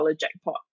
jackpot